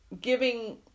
giving